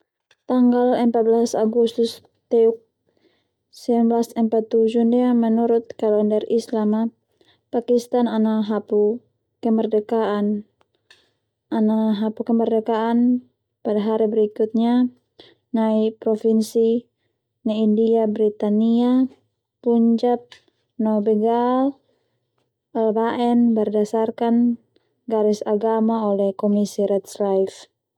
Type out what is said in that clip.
Tanggal empat belas Agustus Teuk sembilan belas empat tujuh ndia menurut kalender Islam a Pakistan ana hapu kemerdekaan pada hari berikutnya nai provinsi nai india Britania tunjam no begal al baen bedasarkan garis agama oleh komisi riclife.